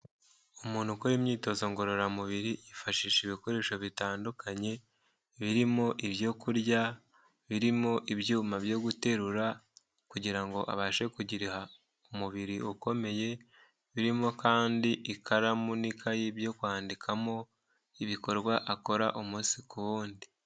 Umuntu ukora imyitozo ngororamubiri yifashisha ibikoresho bitandukanye, birimo ibyo kurya, birimo ibyuma byo guterura, kugira abashe kugira umubiri ukomeye, birimo kandi ikaramu n'ikayi byo kwandikamo ibikorwa akora umunsi ku wundi.